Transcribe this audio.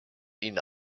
ihnen